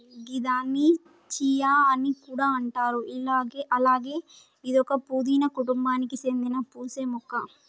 గిదాన్ని చియా అని కూడా అంటారు అలాగే ఇదొక పూదీన కుటుంబానికి సేందిన పూసే మొక్క